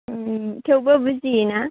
थेवबो बुजियो ना